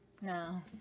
No